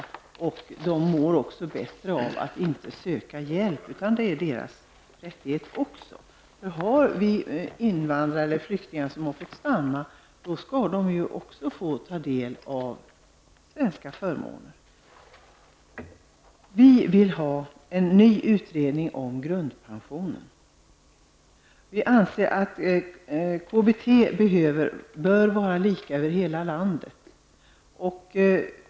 Invandrarna mår också bättre av att de inte söker hjälp utan att pensionen är även deras rättighet. Har vi invandrare eller flyktingar som har fått stanna, så skall de ju också få ta del av svenska förmåner. Vi vill ha en ny utredning om grundpensionen. KBT bör enligt vår mening vara lika över hela landet.